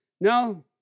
No